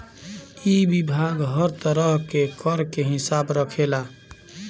इ विभाग हर तरह के कर के हिसाब रखेला